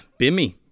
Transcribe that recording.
bimmy